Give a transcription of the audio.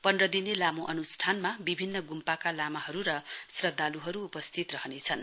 पन्ध्रदिने लामो अनुष्ठानमा विभिन्न गुम्पाका लामाहरू र श्रद्वालुहरू उपस्थित रहनेछन्